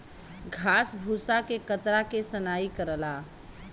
घास भूसा के कतरा के सनाई करला